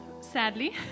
sadly